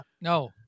No